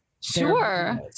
Sure